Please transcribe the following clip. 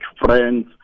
friends